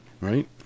Right